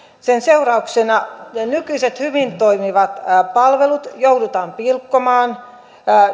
sen seurauksena nykyisin hyvin toimivat palvelut joudutaan pilkkomaan